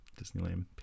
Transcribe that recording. Disneyland